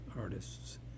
artists